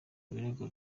ibirego